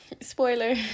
Spoiler